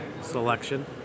Selection